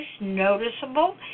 noticeable